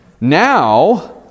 now